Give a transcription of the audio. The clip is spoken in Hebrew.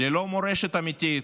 ללא מורשת אמיתית,